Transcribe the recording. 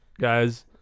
guys